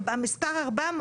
המספר 400,